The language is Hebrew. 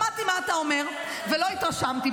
שמעתי מה אתה אומר ולא התרשמתי.